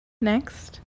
Next